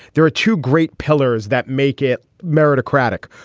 there are two great pillars that make it meritocratic.